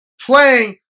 playing